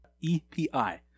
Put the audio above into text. E-P-I